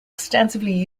extensively